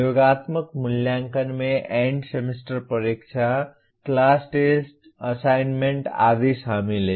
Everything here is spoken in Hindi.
योगात्मक मूल्यांकन में एंड सेमेस्टर परीक्षा क्लास टेस्ट असाइनमेंट आदि शामिल हैं